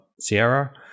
Sierra